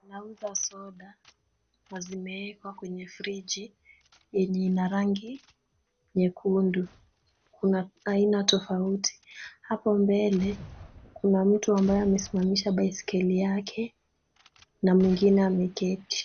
Nauza soda na zimeekwa kwenye friji yenye ina rangi nyekundu, kuna aina tofauti. Hapo mbele kuna mtu ambaye amesimamisha baiskeli yake na mwingine ameketi.